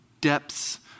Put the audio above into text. depths